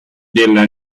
della